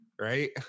right